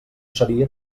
seria